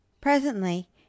Presently